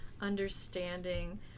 understanding